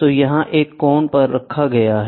तो यह एक कोण पर रखा गया है